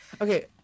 Okay